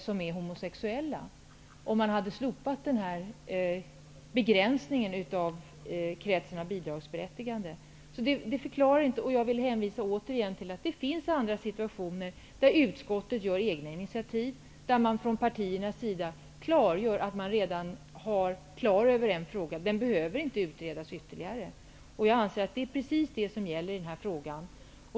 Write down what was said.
Jag vill återigen hänvisa till att utskottet i andra situationer tar egna initiativ, där partierna säger att de har klargjort en fråga och att den inte behöver utredas ytterligare. Det är precis det som gäller i den här frågan.